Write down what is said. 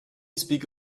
speak